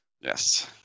Yes